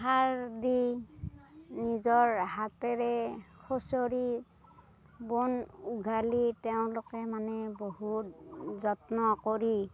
সাৰ দি নিজৰ হাতেৰে খুচৰি বন উঘালি তেওঁলোকে মানে বহুত যত্ন কৰি